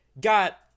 got